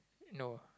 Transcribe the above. no